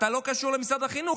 אתה לא קשור למשרד החינוך,